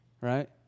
Right